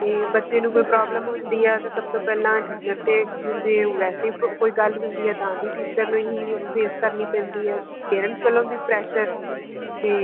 ਅਤੇ ਬੱਚੇ ਨੂੰ ਕੋਈ ਪ੍ਰੋਬਲਮ ਹੁੰਦੀ ਆ ਤਾਂ ਸਭ ਤੋਂ ਪਹਿਲਾਂ ਟੀਚਰ 'ਤੇ ਜੇ ਉਹ ਵੈਸੇ ਹੀ ਕੋਈ ਗੱਲ ਹੁੰਦੀ ਆ ਤਾਂ ਵੀ ਟੀਚਰ ਨੂੰ ਹੀ ਫੇਸ ਕਰਨੀ ਪੈਂਦੀ ਆ ਪੇਰੈਂਟਸ ਵੱਲੋਂ ਵੀ ਪ੍ਰੈਸ਼ਰ ਅਤੇ